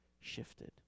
shifted